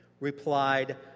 replied